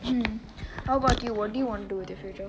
um how about you what do you want to do with your future